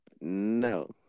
No